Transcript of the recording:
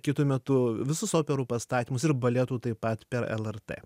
kitu metu visus operų pastatymus ir baletų taip pat per lrt